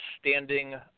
standing